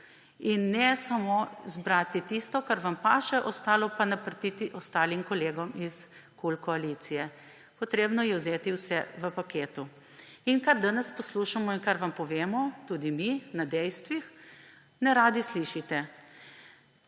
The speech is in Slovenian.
in ne samo izbrati tistega, kar vam paše, ostalo pa naprtiti ostalim kolegom iz KUL koalicije. Treba je vzeti vse v paketu. In kar danes poslušamo in kar vam povemo tudi mi na podlagi dejstev, neradi slišite.